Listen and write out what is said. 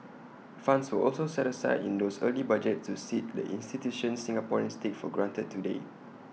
funds were also set aside in those early budgets to seed the institutions Singaporeans take for granted today